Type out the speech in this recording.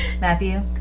Matthew